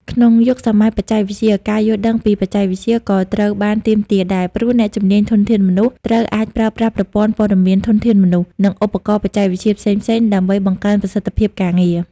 ក្នុងយុគសម័យបច្ចេកវិទ្យា ការយល់ដឹងពីបច្ចេកវិទ្យា ក៏ត្រូវបានទាមទារដែរ ព្រោះអ្នកជំនាញ ធនធានមនុស្ស ត្រូវអាចប្រើប្រាស់ប្រព័ន្ធព័ត៌មានធនធានមនុស្ស និងឧបករណ៍បច្ចេកវិទ្យាផ្សេងៗ ដើម្បីបង្កើនប្រសិទ្ធភាពការងារ។